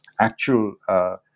actual